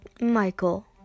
Michael